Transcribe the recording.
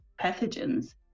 pathogens